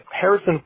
Harrison